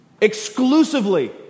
Exclusively